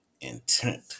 intent